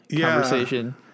conversation